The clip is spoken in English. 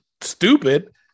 Stupid